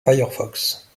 firefox